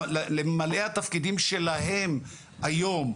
לממלאי התפקידים שלהם היום,